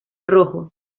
rojo